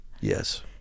Yes